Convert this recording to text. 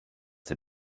der